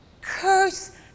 Curse